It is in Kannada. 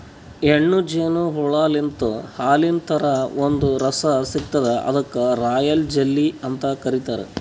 ಹೆಣ್ಣ್ ಜೇನು ಹುಳಾಲಿಂತ್ ಹಾಲಿನ್ ಥರಾ ಒಂದ್ ರಸ ಸಿಗ್ತದ್ ಅದಕ್ಕ್ ರಾಯಲ್ ಜೆಲ್ಲಿ ಅಂತ್ ಕರಿತಾರ್